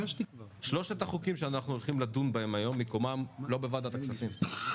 שלוש הצעות החוק שאנחנו הולכים לדון בהן היום מקומן לא בוועדת הכספים.